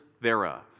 thereof